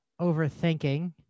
overthinking